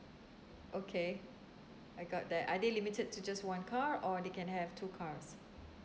okay I got that are they limited to just one car or they can have two cars